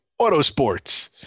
Autosports